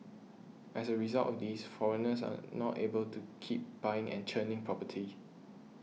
as a result of these foreigners are not able to keep buying and churning property